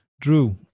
Drew